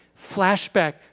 Flashback